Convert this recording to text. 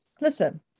listen